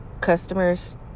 customers